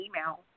email